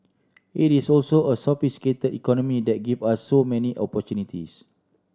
it is also a sophisticate economy that give us so many opportunities